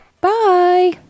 Bye